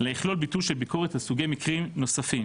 אלא יכלול ביטול של ביקורת על סוגי מקרים נוספים.